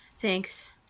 Thanks